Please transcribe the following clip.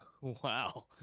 Wow